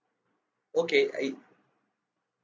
okay I